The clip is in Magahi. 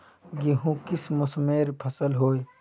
गेहूँ किस मौसमेर फसल होय?